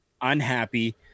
unhappy